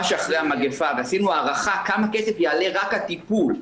שאחרי המגפה ועשינו הערכה כמה כסף יעלה רק הטיפול,